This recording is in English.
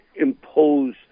impose